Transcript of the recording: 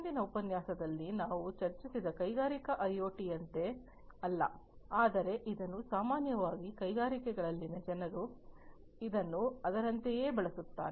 ಹಿಂದಿನ ಉಪನ್ಯಾಸದಲ್ಲಿ ನಾವು ಚರ್ಚಿಸಿದ ಕೈಗಾರಿಕಾ ಐಒಟಿಯಂತೆ ಅಲ್ಲ ಆದರೆ ಇದನ್ನು ಸಾಮಾನ್ಯವಾಗಿ ಕೈಗಾರಿಕೆಗಳಲ್ಲಿನ ಜನರು ಇದನ್ನು ಅದರಂತೆಯೇ ಬಳಸುತ್ತಾರೆ